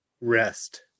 rest